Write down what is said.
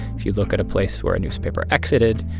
if you look at a place where a newspaper exited,